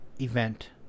event